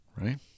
Right